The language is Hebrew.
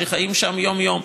שחיים שם יום-יום.